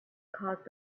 caused